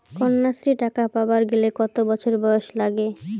কন্যাশ্রী টাকা পাবার গেলে কতো বছর বয়স লাগে?